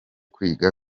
kwiga